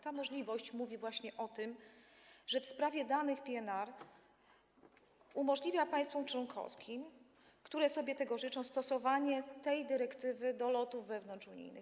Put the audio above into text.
Ta możliwość mówi właśnie o tym, że w sprawie danych PNR umożliwia państwom członkowskim, które sobie tego życzą, stosowanie tej dyrektywy do lotów wewnątrzunijnych.